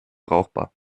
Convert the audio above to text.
brauchbar